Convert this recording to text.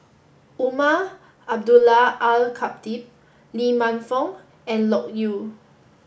Umar Abdullah Al Khatib Lee Man Fong and Loke Yew